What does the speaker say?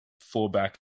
fullback